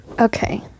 Okay